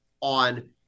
on –